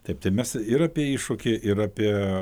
taip tai mes ir apie iššūkį ir apie